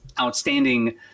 outstanding